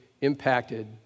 impacted